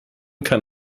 kann